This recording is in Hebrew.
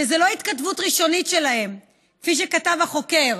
זו לא התכתבות ראשונית שלהם, כפי שכתב החוקר,